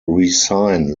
resign